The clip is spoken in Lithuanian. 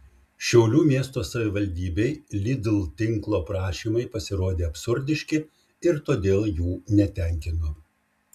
šiaulių miesto savivaldybei lidl tinklo prašymai pasirodė absurdiški ir todėl jų netenkino